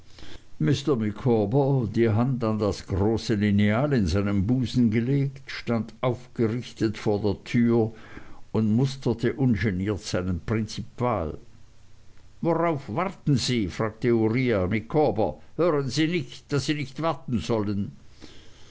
mr micawber die hand an das große lineal in seinem busen gelegt stand aufgerichtet vor der tür und musterte ungeniert seinen prinzipal worauf warten sie fragte uriah micawber hörten sie nicht daß sie nicht warten sollen